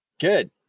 Good